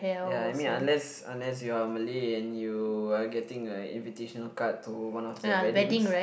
ya I mean unless unless you're Malay and you're getting an invitational card to one of the weddings